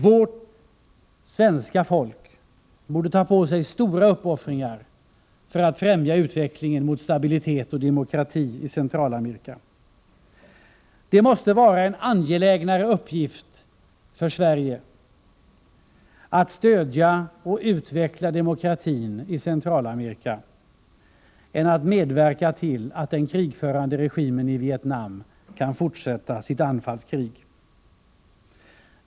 Vårt svenska folk borde ta på sig stora uppoffringar för att främja utvecklingen mot stabilitet och demokrati i Centralamerika. Det måste vara en angelägnare uppgift för Sverige att stödja och utveckla demokratin i Centralamerika än att medverka till att den krigförande regimen i Vietnam kan fortsätta sitt anfallskrig.